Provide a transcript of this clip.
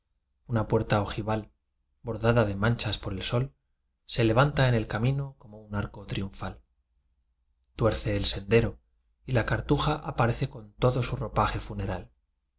una puerta ojival bordada de manchas por el sol se levanta en el camino como un arco triunfal tuerce el sendero y la car tuja aparece con todo su ropaje funeral